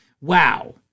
Wow